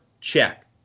Check